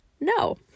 No